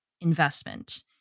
investment